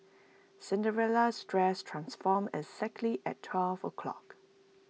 Cinderella's dress transformed exactly at twelve o'clock